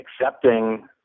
accepting